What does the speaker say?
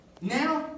now